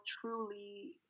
truly